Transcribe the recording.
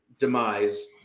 demise